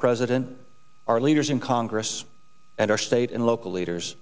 president our leaders in congress and our state and local leaders